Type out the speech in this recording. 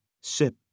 Sip